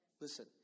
Listen